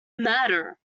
matter